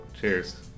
Cheers